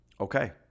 Okay